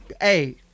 hey